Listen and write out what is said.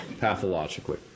pathologically